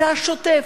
זה השוטף,